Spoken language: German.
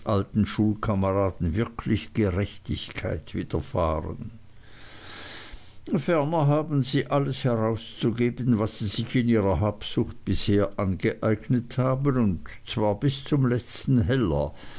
alten schulkameraden wirklich gerechtigkeit widerfahren ferner haben sie alles herauszugeben was sie sich in ihrer habsucht bisher angeeignet haben und zwar bis zum letzten heller